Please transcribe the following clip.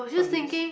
all this